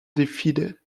defeated